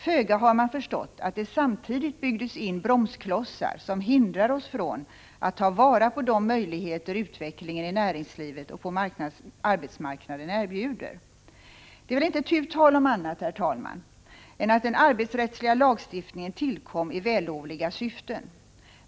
Föga har man förstått att det samtidigt byggdes in bromsklossar, som hindrar oss från att ta vara på de möjligheter utvecklingen i näringslivet och på arbetsmarknaden erbjuder. Det är väl inte tu tal om annat, herr talman, än att den arbetsrättsliga lagstiftningen tillkom i vällovliga syften.